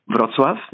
Wrocław